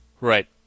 Right